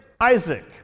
Isaac